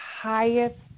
highest